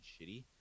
shitty